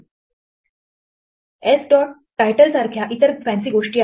s dot title सारख्या इतर fancy गोष्टी आहेत